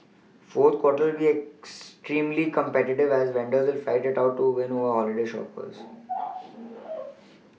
fourth quarter will be extremely competitive as vendors will fight it out to win over holiday shoppers